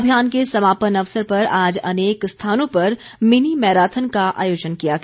अभियान के समापन अवसर पर आज अनेक स्थानों पर मिनी मैराथन का आयोजन किया गया